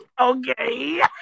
okay